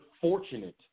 fortunate